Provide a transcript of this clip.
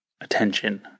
attention